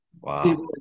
Wow